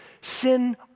sin